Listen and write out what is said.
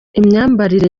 imyambarire